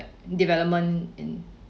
development in